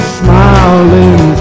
smiling